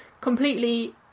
completely